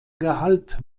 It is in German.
gehalt